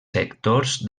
sectors